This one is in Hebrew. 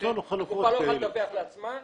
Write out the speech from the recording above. הקופה לא יכולה לדווח לעצמה,